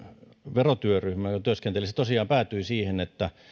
verotyöryhmä joka työskenteli tosiaan päätyi siihen että pienten